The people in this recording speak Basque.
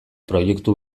proiektu